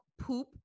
poop